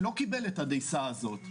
שלא קיבל את הדייסה הזאת,